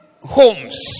homes